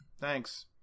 thanks